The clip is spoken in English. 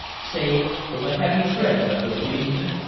save for the heavy tread of the policeman,